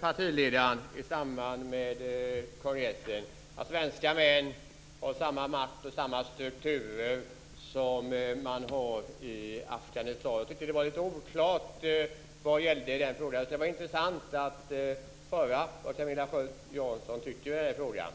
partiledares uttalande i samband med kongressen, nämligen att svenska män har samma makt och samma strukturer som man har i Afghanistan. Jag tyckte att det var lite oklart vad som gällde i den frågan. Det skulle vara intressant att höra vad Camilla Sköld Jansson tycker i denna fråga.